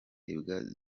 imbwa